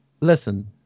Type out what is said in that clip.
Listen